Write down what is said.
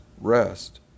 rest